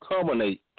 culminate